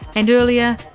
and earlier,